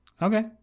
Okay